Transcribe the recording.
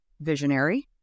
visionary